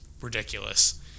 ridiculous